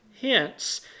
Hence